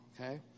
Okay